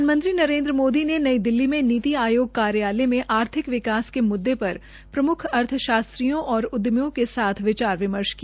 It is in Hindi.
प्रधानमंत्री नरेन्द्र मोदी ने नई दिल्ली में नीति आयोग कार्यालय में आर्थिक विकास के मुद्दे पर प्रमुख अर्थशास्त्रियों और विमर्श किया